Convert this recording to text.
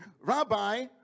Rabbi